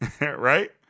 right